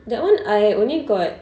that [one] I only got